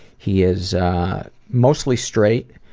he is mostly straight.